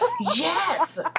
Yes